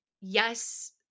yes